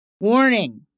Warning